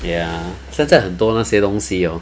ya 现在很多那些东西 hor